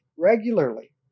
regularly